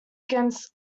against